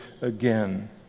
again